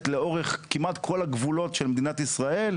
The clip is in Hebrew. לאורך כמעט כל הגבולות של מדינת ישראל,